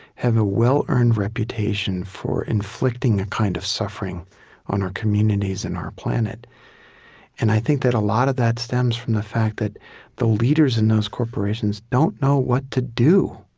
have a well-earned reputation for inflicting a kind of suffering on our communities and our planet and i think that a lot of that stems from the fact that the leaders in those corporations don't know what to do